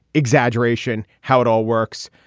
exaggeration, how it all works.